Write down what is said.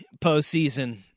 postseason